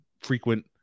frequent